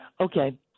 Okay